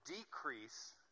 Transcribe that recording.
decrease